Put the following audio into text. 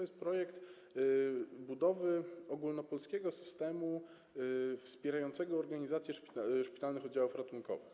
Jest to projekt budowy ogólnopolskiego systemu wspierającego organizację szpitalnych oddziałów ratunkowych.